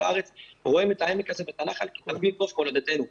הארץ רואים את העמק הזה ואת הנחל כתבנית נוף מולדתנו.